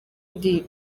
ndi